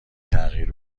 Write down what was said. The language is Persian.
تغییر